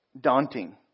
daunting